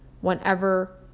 whenever